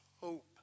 hope